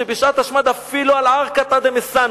שבשעת השמד "אפילו ערקתא דמסאנא".